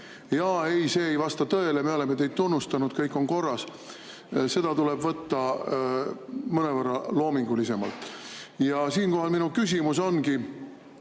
jaa, see ei vasta tõele, me oleme teid tunnustanud, kõik on korras –, seda tuleb võtta mõnevõrra loomingulisemalt. Ja siinkohal minu küsimus ongi: